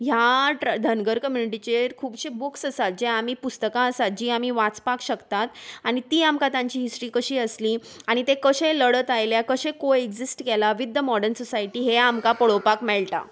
ह्या ट धनगर कम्युनिटीचेर खुबशे बुक्स आसात जे आमी पुस्तकां आसात जीं आमी वाचपाक शकतात आनी तीं आमकां तांची हिस्ट्री कशी आसली आनी ते कशें लडत आयल्या कशें को एगजिस्ट केलां विथ द मॉर्डन सोसायटी हें आमकां पळोवपाक मेळटा